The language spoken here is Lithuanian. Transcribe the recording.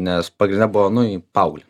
nes pagrinde buvo nu į paauglį